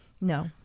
No